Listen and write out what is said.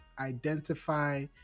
identify